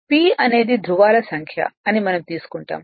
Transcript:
P అనేది ధ్రువాల సంఖ్య అని మనం తీసుకుంటాము